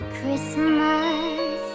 Christmas